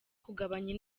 kugabanya